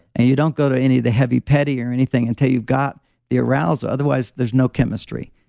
and you don't go to any of the heavy petty or anything until you've got the arousal. otherwise, there's no chemistry.